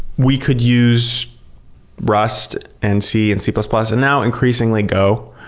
we could use rust and c and c plus plus, and now increasingly go.